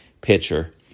pitcher